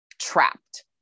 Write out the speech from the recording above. trapped